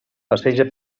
passeja